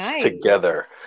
together